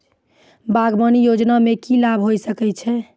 बागवानी योजना मे की लाभ होय सके छै?